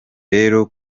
rero